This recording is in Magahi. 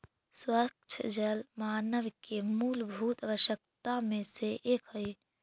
स्वच्छ जल मानव के मूलभूत आवश्यकता में से एक हई